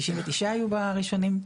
99 היו בראשונים,